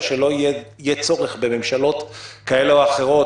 שלא יהיה צורך בממשלות כאלה או אחרות,